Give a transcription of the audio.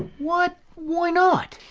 what? why not?